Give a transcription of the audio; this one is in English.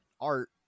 art